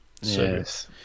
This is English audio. yes